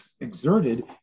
exerted